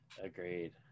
agreed